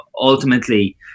ultimately